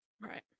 right